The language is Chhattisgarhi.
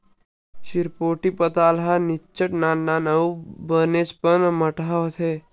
चिरपोटी पताल ह निच्चट नान नान अउ बनेचपन अम्मटहा होथे